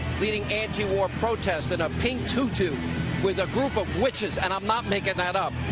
leading antiwar protest in a pink tutu with a group of witches, and i'm not making that up.